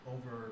Over